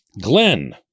Glenn